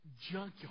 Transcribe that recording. Junkyard